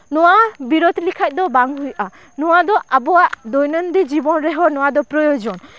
ᱱᱚᱣᱟ ᱵᱤᱨᱩᱫ ᱞᱮᱠᱷᱟᱱ ᱫᱚ ᱵᱟᱝ ᱦᱩᱭᱩᱜᱼᱟ ᱱᱚᱣᱟ ᱫᱚ ᱟᱵᱚᱣᱟᱜ ᱫᱳᱭᱱᱚᱱ ᱫᱤᱱ ᱡᱤᱵᱚᱱ ᱨᱮᱦᱚᱸ ᱱᱚᱣᱟ ᱫᱚ ᱯᱨᱚᱭᱳᱡᱚᱱ